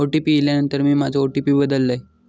OTP इल्यानंतर मी माझो ओ.टी.पी बदललय